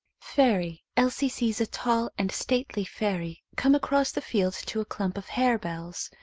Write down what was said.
fairy. elsie sees a tall and stately fairy come across the field to a clump of harebells.